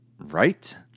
right